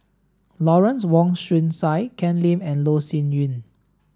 Lawrence Wong Shyun Tsai Ken Lim and Loh Sin Yun